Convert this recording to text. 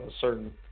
certain